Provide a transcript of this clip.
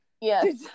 yes